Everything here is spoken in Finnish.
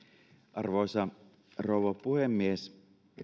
arvoisa rouva puhemies